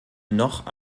noch